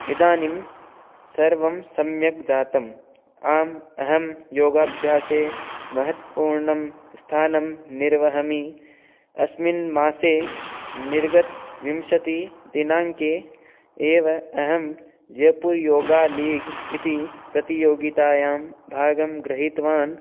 इदानीं सर्वं सम्यक् जातं आम् अहं योगाभ्यासे महत्वपूर्णं स्थानं निर्वहामि अस्मिन् मासे निर्गत विंशतिदिनाङ्के एव अहं जयपुरयोगालीग् इति प्रतियोगितायां भागं गृहीतवान्